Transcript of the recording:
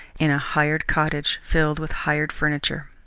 in a hired cottage filled with hired furniture.